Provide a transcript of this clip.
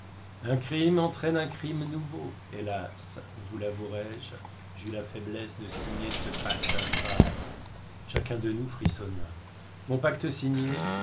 un crime entraîne un crime nouveau hélas vous l'avouerai-je j'eus la faiblesse de signer ce pacte infâme chacun de nous frissonna mon pacte signé